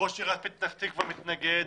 ראש עיריית פתח תקווה מתנגד.